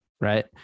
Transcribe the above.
right